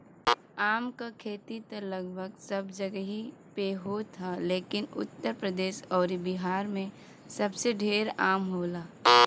आम क खेती त लगभग सब जगही पे होत ह लेकिन उत्तर प्रदेश अउरी बिहार में सबसे ढेर आम होला